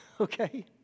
okay